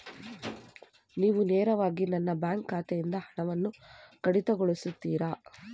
ನೀವು ನೇರವಾಗಿ ನನ್ನ ಬ್ಯಾಂಕ್ ಖಾತೆಯಿಂದ ಹಣವನ್ನು ಕಡಿತಗೊಳಿಸುತ್ತೀರಾ?